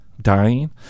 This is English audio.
dying